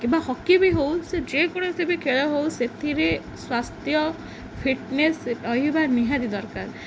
କିମ୍ବା ହକି ବି ହଉ ସେ ଯେକୌଣସି ବି ଖେଳ ହଉ ସେଥିରେ ସ୍ୱାସ୍ଥ୍ୟ ଫିଟ୍ନେସ୍ ରହିବା ନିହାତି ଦରକାର